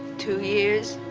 two years.